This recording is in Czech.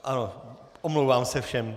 Ano, omlouvám se všem.